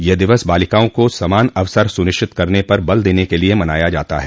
यह दिवस बालिकाओं को समान अवसर सुनिश्चित करने पर जोर देने के लिए मनाया जाता है